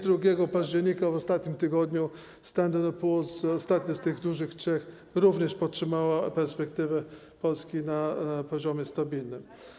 2 października, w ostatnim tygodniu, Standard & Poor’s, ostatnia z tych dużych trzech, również podtrzymała perspektywę Polski na poziomie stabilnym.